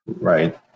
right